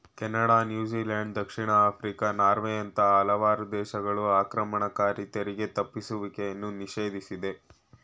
Canada, New Zealand, ದಕ್ಷಿಣ Africa, ನಾರ್ವೆಯಂತ ಹಲವಾರು ದೇಶಗಳು ಆಕ್ರಮಣಕಾರಿ ತೆರಿಗೆ ತಪ್ಪಿಸುವಿಕೆಯನ್ನು ನಿಷೇಧಿಸಿದೆ